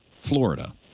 Florida